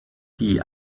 die